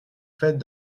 faites